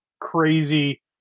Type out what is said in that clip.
crazy